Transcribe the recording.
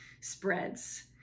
spreads